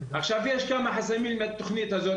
יש כמה חסמים בתכנית הזו,